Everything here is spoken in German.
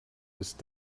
ist